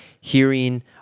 hearing